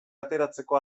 ateratzeko